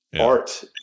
art